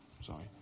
sorry